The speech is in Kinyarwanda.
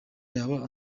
yaba